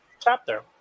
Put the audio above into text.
chapter